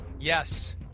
yes